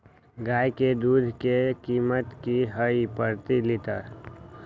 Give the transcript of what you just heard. गाय के दूध के कीमत की हई प्रति लिटर?